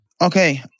Okay